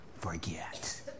forget